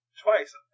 Twice